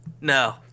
No